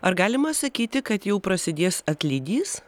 ar galima sakyti kad jau prasidės atlydys